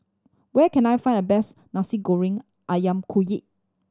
where can I find the best Nasi Goreng Ayam Kunyit